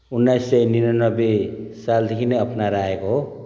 उन्नाइस सय निनानब्बे सालदेखि नै अप्नाएर आएको हो